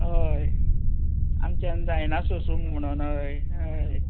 हय आमच्यान जायना सोंसूंक म्हणून हय हय